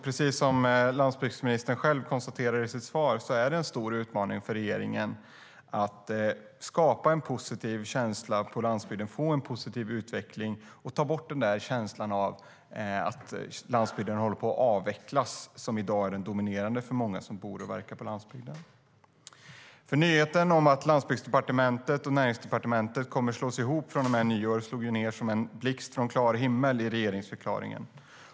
Precis som landsbygdsministern själv konstaterar i sitt svar är det en stor utmaning för regeringen att skapa en positiv känsla på landsbygden, få en positiv utveckling och ta bort den där känslan av att landsbygden håller på att avvecklas, som i dag är den dominerande för många som bor och verkar på landsbygden. Nyheten om att Landsbygdsdepartementet och Näringsdepartementet kommer att slås ihop från och med nyår slog ned som en blixt från klar himmel i regeringsförklaringen.